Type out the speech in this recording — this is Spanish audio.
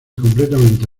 completamente